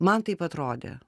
man taip atrodė